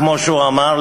כמו שהוא אמר,